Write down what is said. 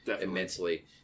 immensely